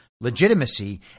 legitimacy